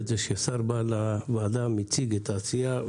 זה כשר בא לוועדה ומציג את העשייה.